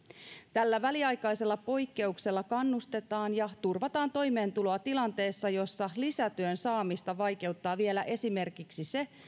tällä väliaikaisella poikkeuksella kannustetaan ja turvataan toimeentuloa tilanteessa jossa lisätyön saamista vaikeuttaa vielä esimerkiksi se